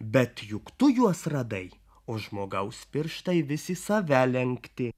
bet juk tu juos radai o žmogaus pirštai visi į save lenkti